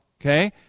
okay